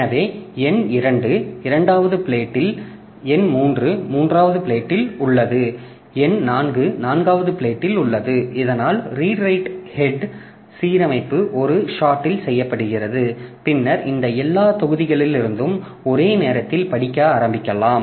எனவே எண் 2 இரண்டாவது பிளேட் இல் எண் 3 மூன்றாவது பிளேட் இல் உள்ளதுஎண் 4 நான்காவது பிளேட் இல் உள்ளது இதனால் ரீடு ரைட் ஹெட் சீரமைப்பு ஒரு ஷாட்டில் செய்யப்படுகிறது பின்னர் இந்த எல்லா தொகுதிகளிலிருந்தும் ஒரே நேரத்தில் படிக்க ஆரம்பிக்கலாம்